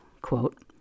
quote